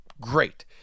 great